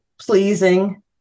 pleasing